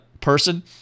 person